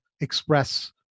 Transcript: express